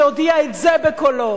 שיודיע את זה בקולו,